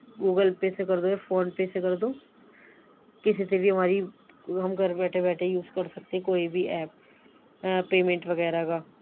Google Pay سے کر دو یا فون پے سے کر دو کسی پہ بھی ہماری ہم گھر بیٹھے بیٹھے یوز کر سکتے ہیں کوئی بھی ایپ ایپ پیمنٹ وغیرہ کا